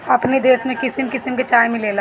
अपनी देश में किसिम किसिम के चाय मिलेला